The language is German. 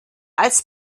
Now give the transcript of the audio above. als